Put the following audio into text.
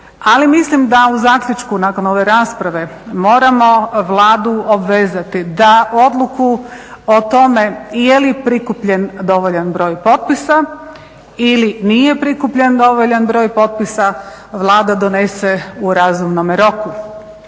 Ali mislim da u zaključku nakon ove rasprave moramo Vladu obvezati da odluku o tome je li prikupljen dovoljan broj potpisa, ili nije prikupljen dovoljan broj potpisa Vlada donese u razumnome roku.